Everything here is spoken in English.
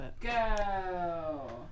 Go